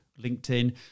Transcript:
LinkedIn